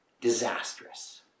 disastrous